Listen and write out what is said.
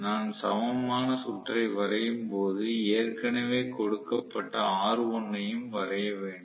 நான் சமமான சுற்றை வரையும்போது ஏற்கனவே கொடுக்கப்பட்ட R1 ஐயும் வரைய வேண்டும்